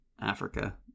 Africa